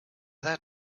that